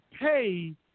pay